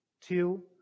Two